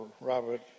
Robert